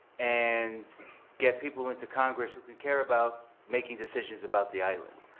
and get people into congress who can care about making decisions about the island.